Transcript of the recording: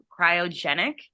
cryogenic